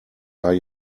are